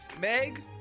Meg